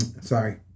Sorry